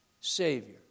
Savior